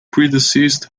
predeceased